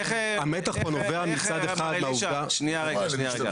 המותח פה נובע מצד אחד מהעובדה --- שנייה רגע,